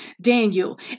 Daniel